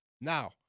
Now